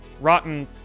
rotten